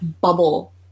bubble